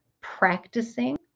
practicing